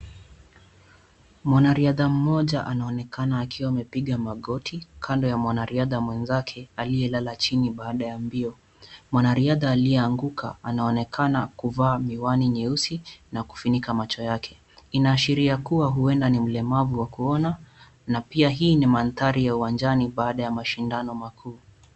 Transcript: Mwanariadha mmoja anaonekana akiwa amepiga magoti kando ya mwanariadha mwenzake aliyelala chini baada ya mbio. Mwanariadha aliyeanguka anonekana kuvaa miwani nyeusi na kufunika macho yake, inaashiria kuwa huenda ni mlemavu wa kuona na pia hii ni mandhari ya uwanjani baada ya mashindano makuu.